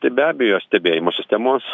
tai be abejo stebėjimo sistemos